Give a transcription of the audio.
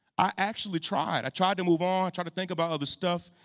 i actually tried, i tried to move on tried to think about other stuff.